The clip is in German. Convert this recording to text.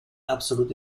absolut